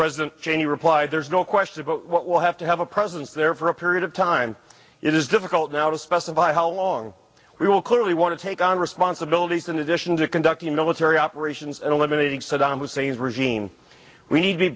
president cheney replied there's no question about what we'll have to have a presence there for a period of time it is difficult now to specify how long we will clearly want to take on responsibilities in addition to conducting military operations and eliminating saddam hussein's regime we need to be